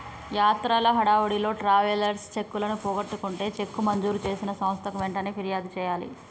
యాత్రల హడావిడిలో ట్రావెలర్స్ చెక్కులను పోగొట్టుకుంటే చెక్కు మంజూరు చేసిన సంస్థకు వెంటనే ఫిర్యాదు చేయాలి